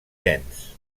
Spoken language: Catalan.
gens